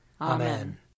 Amen